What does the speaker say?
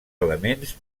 elements